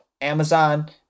Amazon